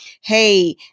Hey